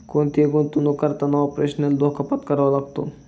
कोणतीही गुंतवणुक करताना ऑपरेशनल धोका पत्करावा लागतो